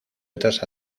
otras